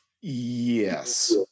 Yes